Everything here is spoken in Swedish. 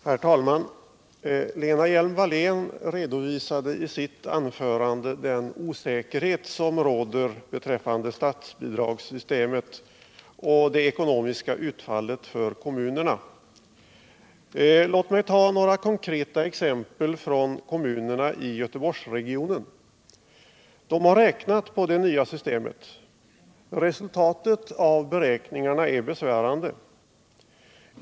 Herr talman! Lena Hjelm-Wallén redovisade i sitt anförande den osäkerhet som råder beträffande statsbidragssystemet och det ekonomiska utfallet för kommunerna. Låt mig ta några konkreta exempel från kommunerna i Göteborgsregionen. De har räknat på det nya systemet. Resultatet av beräkningarna är besvärande.